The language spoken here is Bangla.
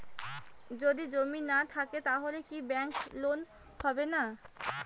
যদি জমি না থাকে তাহলে কি ব্যাংক লোন হবে না?